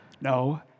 No